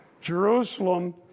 Jerusalem